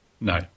No